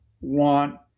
want